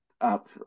up